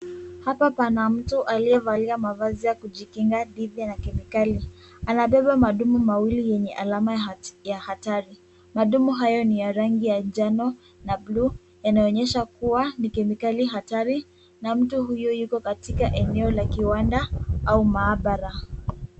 Hapa pana mtu aliyevalia mavazi ya kujikinga dhidi ya kemikali. Anabeba madumu mawili yenye alama ya hatari. Madumu hayo ni ya rangi ya njano na bluu yanayoonyesha kuwa ni kemikali hatari na mtu huyu yuko katika eneo la kiwanda au maabara.